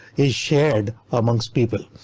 is shared amongst people.